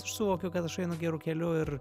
aš suvokiu kad aš einu geru keliu ir